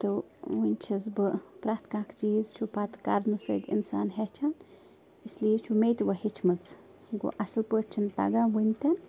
تہٕ وٕنۍ چھَس بہٕ پرٛٮ۪تھ کانٛہہ اَکھ چیٖز چھُ پَتہٕ کَرنہٕ سۭتۍ اِنسان ہٮ۪چھان اسلیے چھُ مےٚ تہِ وۄنۍ ہیٚچھمٕژ گوٚو اَصٕل پٲٹھۍ چھِنہٕ تَگان وٕنۍتٮ۪ن